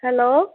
hello